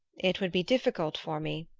it would be difficult for me,